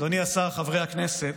אדוני השר, חברי הכנסת,